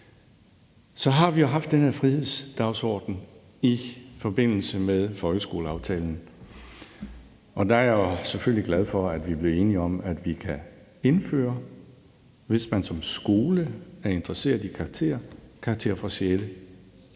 Så har vi jo haft den her frihedsdagsorden i forbindelse med folkeskoleaftalen. Og der er jeg selvfølgelig glad for, at vi er blevet enige om, at man, hvis man som skole er interesseret i karakterer, kan indføre karakterer